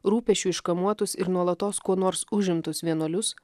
rūpesčių iškamuotus ir nuolatos kuo nors užimtus vienuolius